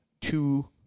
two